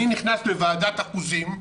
אני נכנס לוועדת אחוזים,